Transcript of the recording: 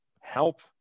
help